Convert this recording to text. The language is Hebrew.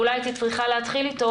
ואולי הייתי צריכה להתחיל איתו,